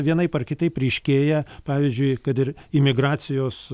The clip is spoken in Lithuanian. vienaip ar kitaip ryškėja pavyzdžiui kad ir imigracijos